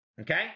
Okay